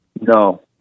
No